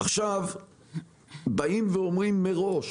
עכשיו באים ואומרים מראש